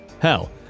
Hell